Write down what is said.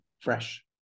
fresh